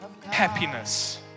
happiness